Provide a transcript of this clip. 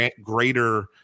greater